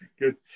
Good